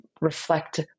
reflect